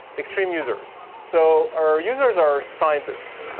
extreme users. so, our users are scientists.